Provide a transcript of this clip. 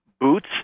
boots